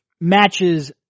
matches